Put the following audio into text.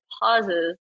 pauses